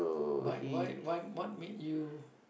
why why what make you